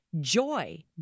joy